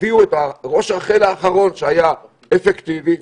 תביאו את ראש רח"ל האחרון שהיה אפקטיבי,